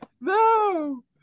No